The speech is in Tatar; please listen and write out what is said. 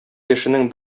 яшенең